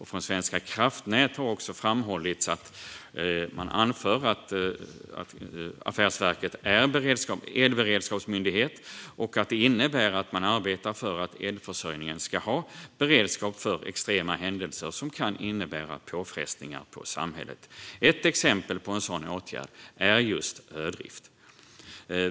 Från Svenska kraftnät anför man att affärsverket är elberedskapsmyndighet och att det innebär att man arbetar för att elförsörjningen ska ha beredskap för extrema händelser som kan innebära påfrestningar på samhället. Ett exempel på en sådan åtgärd är just ödrift.